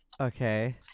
okay